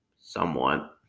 Somewhat